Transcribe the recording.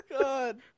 God